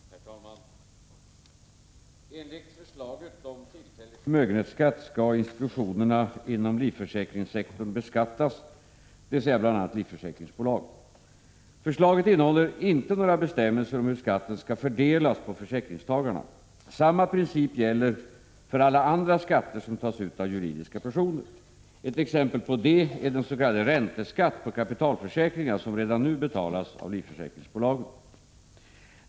Herr talman! Enligt förslaget om tillfällig förmögenhetsskatt skall institutionerna inom livförsäkringssektorn beskattas, bl.a. livförsäkringsbolag. Förslaget innehåller inte några bestämmelser om hur skatten skall fördelas på försäkringstagarna. Samma princip gäller för alla andra skatter som tas ut av juridiska personer. Ett exempel på det är den s.k. ränteskatt på kapitalförsäkringar som redan nu betalas av livförsäkringsbolagen.